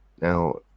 Now